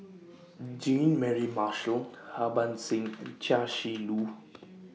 Jean Mary Marshall Harbans Singh and Chia Shi Lu